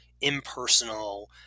impersonal